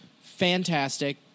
Fantastic